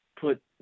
put